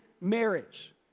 marriage